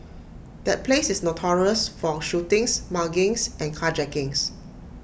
that place is notorious for shootings muggings and carjackings